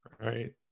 Right